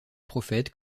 prophètes